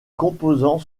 composants